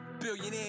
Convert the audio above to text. billionaire